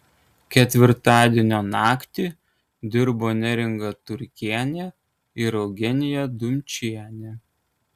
ketvirtadienio naktį dirbo neringa turkienė ir eugenija dumčienė